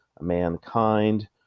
mankind